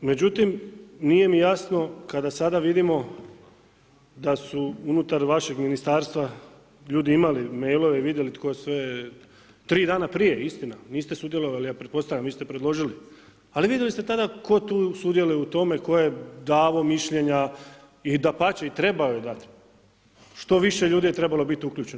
Međutim, nije mi jasno kada sada vidimo da su unutar vašeg ministarstva ljudi imali mailove i vidjeli tko je sve, 3 dana prije istina, vi ste sudjelovali, a pretpostavljam, vi ste predložili, ali vidjeli ste tada tko tu sudjeluje u tome tko je davao mišljenja i dapače, što više ljudi je trebalo biti uključeno.